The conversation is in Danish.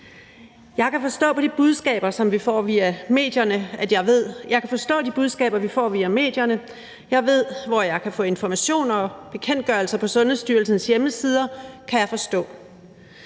Jeg kan forstå de budskaber, vi får via medierne. Jeg ved, hvor jeg kan få information, og bekendtgørelser på Sundhedsstyrelsens hjemmeside